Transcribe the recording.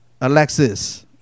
Alexis